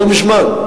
לא מזמן.